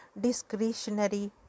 discretionary